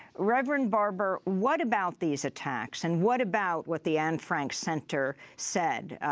reverend barber, what about these attacks? and what about what the anne frank center said